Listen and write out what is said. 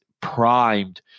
primed